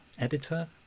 editor